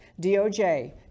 DOJ